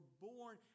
born